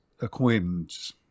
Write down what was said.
acquaintance